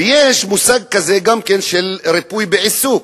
ויש מושג כזה, גם כן, של ריפוי בעיסוק,